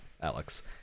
Alex